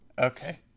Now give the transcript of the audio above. Okay